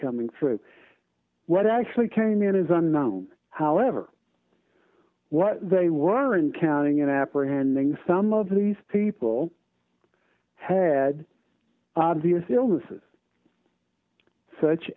coming through what actually came in is unknown however what they weren't counting in apprehending some of these people had obviously illnesses such